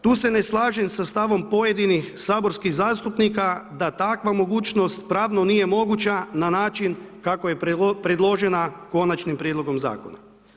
Tu se ne slažem sa stavom pojedinih saborskih zastupnika da takva mogućnost pravo nije moguća na način kako je predložena Konačnim prijedlogom zakona.